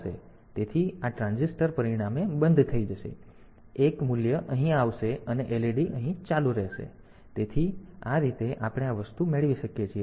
તેથી આ ટ્રાન્ઝિસ્ટર પરિણામે બંધ થઈ જશે આ એક મૂલ્ય અહીં આવશે અને LED અહીં ચાલુ હશે તેથી આ રીતે આપણે આ વસ્તુ મેળવી શકીએ છીએ